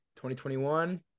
2021